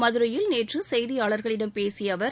மதுரையில் நேற்று செய்தியாளர்களிடம் பேசிய அவர்